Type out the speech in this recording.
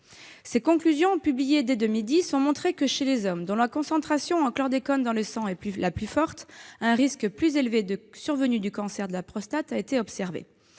Ses conclusions, publiées dès 2010, ont montré que, chez les hommes dont la concentration en chlordécone dans le sang est la plus forte, le risque de survenue du cancer de la prostate est plus élevé.